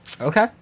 Okay